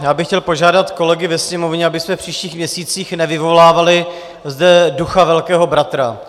Já bych chtěl požádat kolegy ve Sněmovně, abychom v příštích měsících nevyvolávali zde ducha velkého bratra.